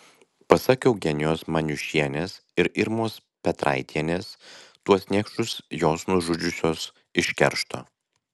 pasak eugenijos maniušienės ir irmos petraitienės tuos niekšus jos nužudžiusios iš keršto